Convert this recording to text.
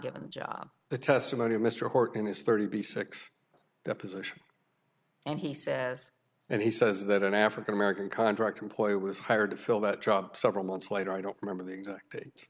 given the job the testimony of mr horton is thirty six deposition and he says and he says that an african american contract employee was hired to fill that job several months later i don't remember the exact